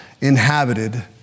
inhabited